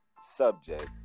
subject